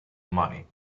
money